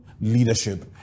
leadership